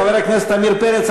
חבר הכנסת עמיר פרץ,